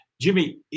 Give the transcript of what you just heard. Jimmy